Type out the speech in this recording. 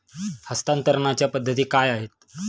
हस्तांतरणाच्या पद्धती काय आहेत?